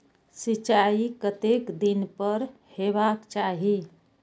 सिंचाई कतेक दिन पर हेबाक चाही?